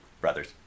Brothers